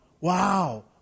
wow